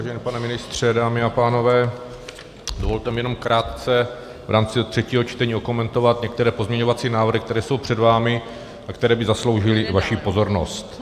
Vážený pane ministře, dámy a pánové, dovolte mi jenom krátce v rámci třetího čtení okomentovat některé pozměňovací návrhy, které jsou před vámi a které by zasloužily vaši pozornost.